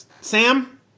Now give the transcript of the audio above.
Sam